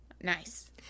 nice